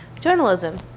journalism